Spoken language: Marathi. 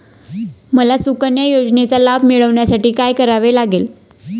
मला सुकन्या योजनेचा लाभ मिळवण्यासाठी काय करावे लागेल?